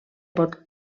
pot